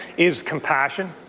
is compassion.